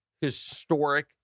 historic